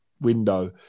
window